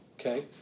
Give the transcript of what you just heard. Okay